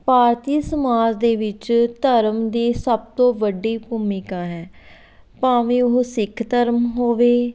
ਭਾਰਤੀ ਸਮਾਜ ਦੇ ਵਿੱਚ ਧਰਮ ਦੀ ਸਭ ਤੋਂ ਵੱਡੀ ਭੂਮਿਕਾ ਹੈ ਭਾਵੇਂ ਉਹ ਸਿੱਖ ਧਰਮ ਹੋਵੇ